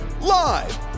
live